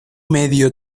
medio